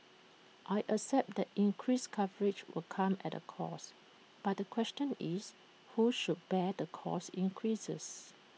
I accept that increased coverage will come at A cost but the question is who should bear the cost increases